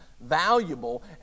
valuable